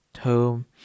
home